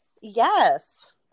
Yes